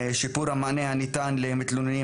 שיפור המענה הניתן למתלוננים.